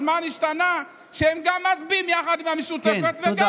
אז מה נשתנה שהם גם מצביעים יחד עם המשותפת וגם